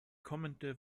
kommende